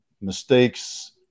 mistakes